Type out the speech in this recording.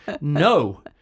No